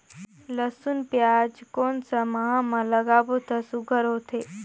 लसुन पियाज कोन सा माह म लागाबो त सुघ्घर होथे?